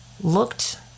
looked